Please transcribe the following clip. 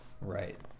Right